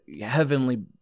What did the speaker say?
heavenly